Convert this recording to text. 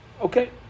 Okay